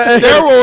steroids